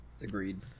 Agreed